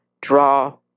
draw